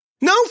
No